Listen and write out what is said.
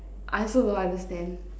I also don't understand